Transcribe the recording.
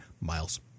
Miles